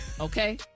Okay